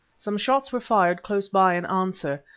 some shots were fired close by in answer,